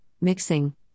mixing